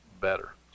better